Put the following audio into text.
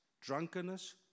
drunkenness